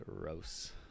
Gross